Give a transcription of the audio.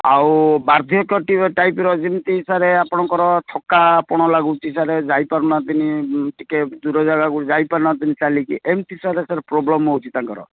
ଆଉ ବାର୍ଦ୍ଧ୍ୟକ ଟିକେ ଟାଇପ୍ର ଯେମିତି ସାର୍ ଆପଣଙ୍କର ଥକା ଆପଣ ଲାଗୁଛି ସାର୍ ଯାଇ ପାରୁନାହାନ୍ତିନି ଟିକେ ଦୂର ଜାଗାକୁ ଯାଇ ପାରୁନାହାନ୍ତ ଚାଲିକି ଏମିତି ସାର୍ ଏଥର ପ୍ରୋବ୍ଲେମ୍ ହେଉଛି ତାଙ୍କର